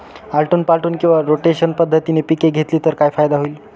आलटून पालटून किंवा रोटेशन पद्धतीने पिके घेतली तर काय फायदा होईल?